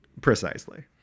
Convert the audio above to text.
Precisely